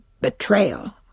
betrayal